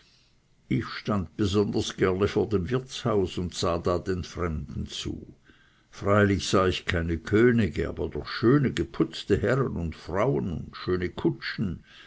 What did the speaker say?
ich stund besonders gerne vor dem wirtshaus und sah da den fremden zu freilich sah ich keine könige aber doch schöne geputzte herren und frauen und schöne kutschen